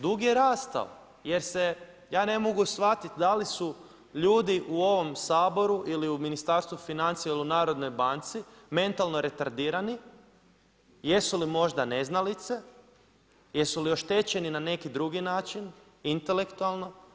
Dug je rastao, jer se ja ne mogu shvatiti da li su ljudi u ovom Saboru ili u Ministarstvu financija ili u Narodnoj banci mentalno retardirani, jesu li možda neznalice, jesu li oštećeni na neki drugi način, intelektualno.